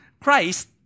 Christ